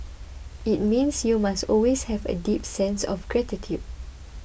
it means you must always have a deep sense of gratitude